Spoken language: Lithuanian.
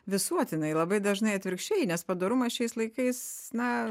visuotinai labai dažnai atvirkščiai nes padorumą šiais laikais na